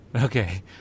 Okay